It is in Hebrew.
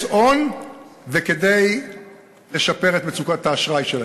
הון כדי לשפר את מצוקת האשראי שלהם.